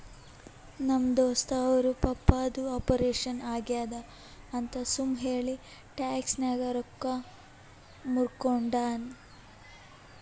ನಮ್ ದೋಸ್ತ ಅವ್ರ ಪಪ್ಪಾದು ಆಪರೇಷನ್ ಆಗ್ಯಾದ್ ಅಂತ್ ಸುಮ್ ಹೇಳಿ ಟ್ಯಾಕ್ಸ್ ನಾಗ್ ರೊಕ್ಕಾ ಮೂರ್ಕೊಂಡಾನ್